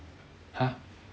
!huh!